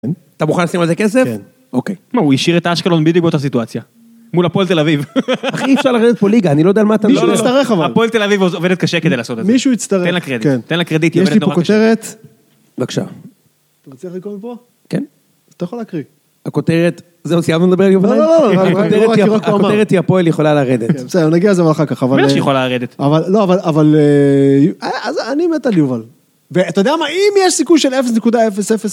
אתה מוכן לשים על זה כסף? כן. אוקיי. מה, הוא השאיר את אשקלון בדיוק באותה סיטואציה. מול הפועל תל אביב. אחי, אי אפשר לרדת פה ליגה, אני לא יודע על מה אתה מדבר. מישהו יצטרך אבל. הפועל תל אביב עובדת קשה כדי לעשות את זה. מישהו יצטרך. תן לקרדיט. כן. תן לקרדיט, היא עובדת נורא קשה. יש לי פה כותרת. בבקשה. אתה מצליח לקרוא פה? כן. אז אתה יכול להקריא. הכותרת, זה עוד סיימנו לדבר על יובליים? לא, לא. הכותרת היא הפועל יכולה לרדת. בסדר, נגיע לזה אחר כך. מישהו יכול לרדת. אבל, לא, אבל, אבל, אז אני מת על יובל. ואתה יודע מה, אם יש סיכוי של 0.00...